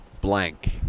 blank